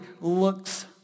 looks